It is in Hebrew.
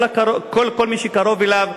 כל מי שקרוב אליו,